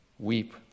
Weep